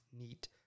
neat